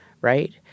right